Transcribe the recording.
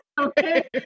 Okay